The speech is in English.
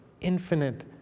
infinite